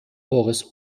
boris